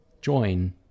join